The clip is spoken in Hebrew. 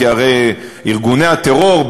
כי הרי ארגוני הטרור,